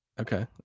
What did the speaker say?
Okay